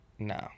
No